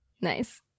Nice